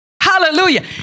Hallelujah